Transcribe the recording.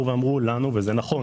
אמרו לנו, וזה נכון